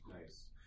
Nice